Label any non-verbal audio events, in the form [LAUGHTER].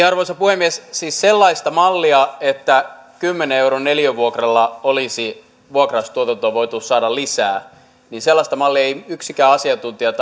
[UNINTELLIGIBLE] arvoisa puhemies siis sellaista mallia että kymmenen euron neliövuokralla olisi vuokraustuotantoa voitu saada lisää ei yksikään asiantuntija [UNINTELLIGIBLE]